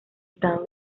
estado